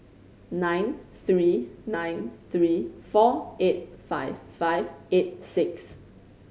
nine three nine three four eight five five eight six